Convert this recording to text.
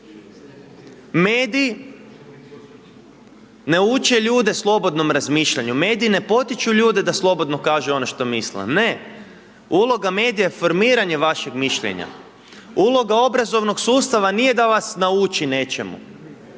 Mediji ne uče ljude slobodnom razmišljanju, mediji ne potiču ljude da slobodno kažu ono što misle, ne uloga medija je formiranje vašeg mišljenja, uloga obrazovnog sustava nije da vas nauči nečemu